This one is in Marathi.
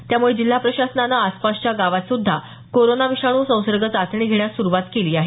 त्यामुळे जिल्हा प्रशासनानं आसपासच्या गावात सुद्धा कोरोना विषाणू संसर्ग चाचणी घेण्यास सुरुवात केली आहे